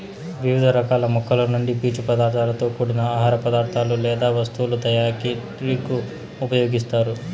వివిధ రకాల మొక్కల నుండి పీచు పదార్థాలతో కూడిన ఆహార పదార్థాలు లేదా వస్తువుల తయారీకు ఉపయోగిస్తారు